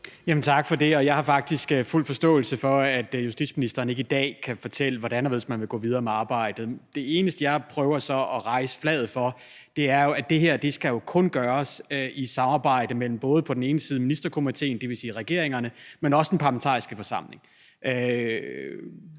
Tak for det. Og jeg har faktisk fuld forståelse for, at justitsministeren ikke i dag kan fortælle, hvordan og hvorledes man vil gå videre med arbejdet. Det eneste, jeg så prøver at hejse flaget for, er jo, at det her kun skal gøres i samarbejde med både Ministerkomitéen, dvs. regeringerne, men også den parlamentariske forsamling.